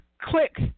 click